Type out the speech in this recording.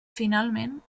finalment